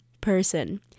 person